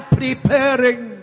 preparing